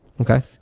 Okay